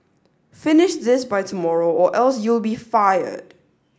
finish this by tomorrow or else you'll be fired